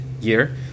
year